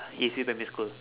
east view primary school